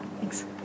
Thanks